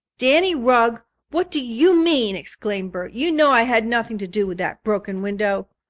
danny rugg, what do you mean? exclaimed bert. you know i had nothing to do with that broken window.